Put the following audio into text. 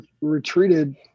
retreated